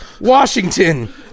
Washington